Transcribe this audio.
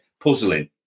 puzzling